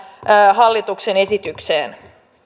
hallituksen esitykseen